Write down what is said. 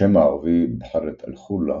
השם הערבי "בחירת אל-חולה"